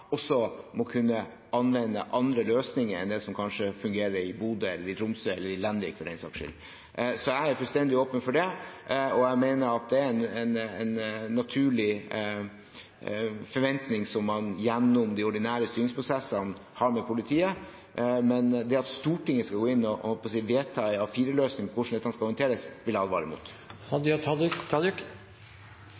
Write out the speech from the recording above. må kunne anvende andre løsninger enn de som kanskje fungerer i Bodø, i Tromsø eller i Lenvik, for den saks skyld. Så jeg er fullstendig åpen for det. Jeg mener at det er en naturlig forventning som man – gjennom de ordinære styringsprosessene – har med tanke på politiet. Men det at Stortinget skal gå inn og vedta en A4-løsning for hvordan dette skal håndteres, vil jeg advare mot.